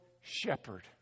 shepherd